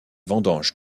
vendanges